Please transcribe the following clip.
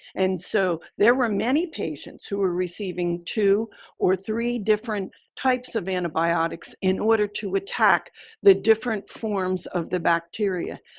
and so there were many patients who were receiving two or three different types of antibiotics in order to attack the different forms of the bacteria.